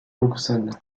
auxonne